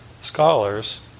scholars